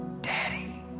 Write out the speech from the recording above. daddy